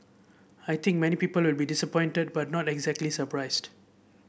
I think many people will be disappointed but not exactly surprised